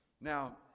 Now